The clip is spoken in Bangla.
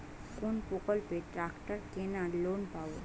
কোন প্রকল্পে ট্রাকটার কেনার লোন পাব?